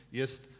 jest